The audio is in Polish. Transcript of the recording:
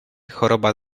choroba